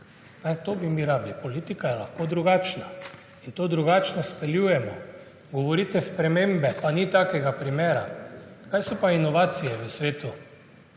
bi mi potrebovali − politika je lahko drugačna. In to drugačno izpeljujemo. Govorite spremembe, pa ni takega primera. Kaj so pa inovacije v svetu?